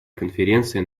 конференция